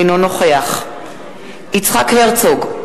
אינו נוכח יצחק הרצוג,